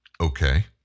Okay